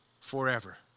forever